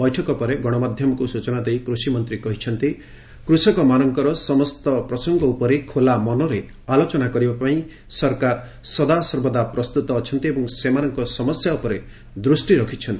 ବୈଠକ ପରେ ଗଣମାଧ୍ୟମକୁ ସୂଚନା ଦେଇ କୃଷିମନ୍ତ୍ରୀ କହିଛନ୍ତି କୃଷକଙ୍କର ସମସ୍ତ ପ୍ରସଙ୍ଗ ଉପରେ ଖୋଲା ମନରେ ଆଲୋଚନା କରିବାପାଇଁ ସରକାର ସଦାସର୍ବଦା ପ୍ରସ୍ତୁତ ଅଛନ୍ତି ଏବଂ ସେମାନଙ୍କ ସମସ୍ୟା ଉପରେ ଦୃଷ୍ଟି ରଖିଛନ୍ତି